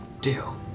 Deal